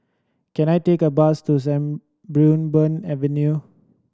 can I take a bus to Sarimbun Avenue